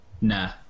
Nah